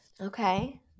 Okay